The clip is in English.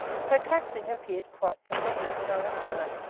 her cackling appeared quite prophetic and oracular